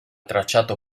tracciato